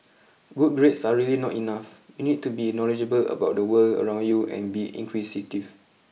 good grades are really not enough you need to be knowledgeable about the world around you and be inquisitive